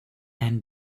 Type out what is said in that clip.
and